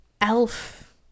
Elf